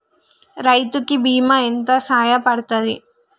రైతు కి బీమా ఎంత సాయపడ్తది?